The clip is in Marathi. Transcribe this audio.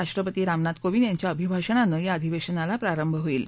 राष्ट्रपती रामनाथ कोविद यांच्या अभिभाषणानं या अधिवेशनाला प्रारंभ होईल